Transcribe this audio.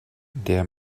der